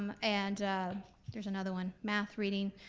um and there's another one, math, reading,